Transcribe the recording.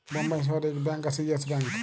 বোম্বাই শহরে ইক ব্যাঙ্ক আসে ইয়েস ব্যাঙ্ক